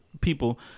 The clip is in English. people